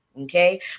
Okay